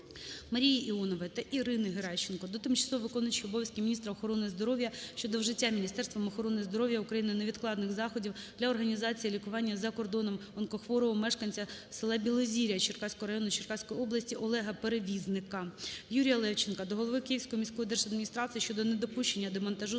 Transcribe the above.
МаріїІонової та Ірини Геращенко до тимчасово виконуючої обов'язки міністра охорони здоров'я щодо вжиття Міністерством охорони здоров'я України невідкладних заходів для організації лікування за кордоном онкохворого мешканця села Білозір'я Черкаського району Черкаської області Олега Перевізника. ЮріяЛевченка до голови Київської міської держадміністрації щодо недопущення демонтажу